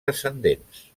descendents